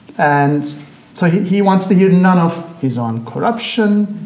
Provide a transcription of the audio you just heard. and so he wants to hear none of his own corruption,